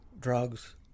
drugs